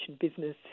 business